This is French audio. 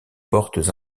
portes